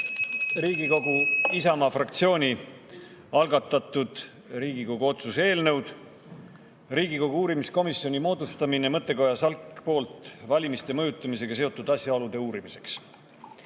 kella.) Isamaa fraktsiooni algatatud Riigikogu otsuse "Riigikogu uurimiskomisjoni moodustamine mõttekoja SALK poolt valimiste mõjutamisega seotud asjaolude uurimiseks"